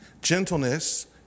gentleness